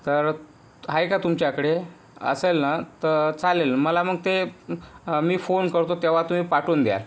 तर आहे का तुमच्याकडे असेल ना तर चालेल मला मग ते मी फोन करतो तेव्हा तुम्ही पाठवून द्या